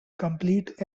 complete